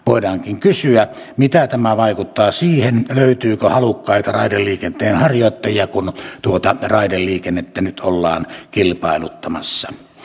voidaankin kysyä mitä tämä vaikuttaa siihen löytyykö halukkaita raideliikenteenharjoittajia kun tuota raideliikennettä nyt ollaan kilpailuttamassa